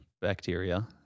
bacteria